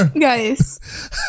guys